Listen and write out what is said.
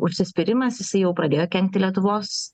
užsispyrimas jisai jau pradėjo kenkti lietuvos